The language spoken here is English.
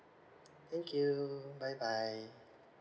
thank you bye bye